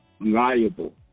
liable